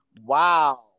wow